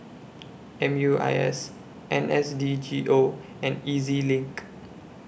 M U I S N S D G O and E Z LINK